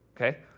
okay